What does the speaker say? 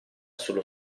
sullo